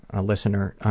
a listener.